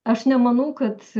aš nemanau kad